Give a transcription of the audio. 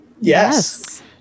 Yes